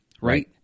Right